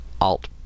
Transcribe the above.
Alt